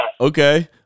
Okay